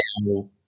now